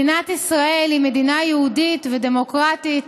מדינת ישראל היא מדינה יהודית ודמוקרטית